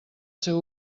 seu